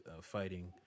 fighting